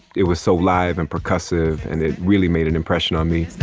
it was so live and percussive, and it really made an impression on me